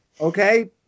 Okay